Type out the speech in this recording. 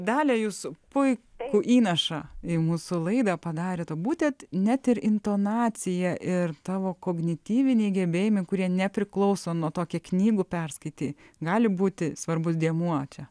dalia jūsų puikų įnašą į mūsų laidą padarėe būtent net ir intonacija ir tavo kognityviniai gebėjimai kurie nepriklauso nuo to kiek knygų perskaitei gali būti svarbus dėmuo čia